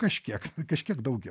kažkiek kažkiek daugiau